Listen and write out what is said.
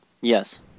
Yes